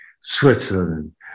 Switzerland